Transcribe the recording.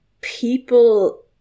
people